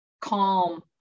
calm